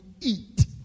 eat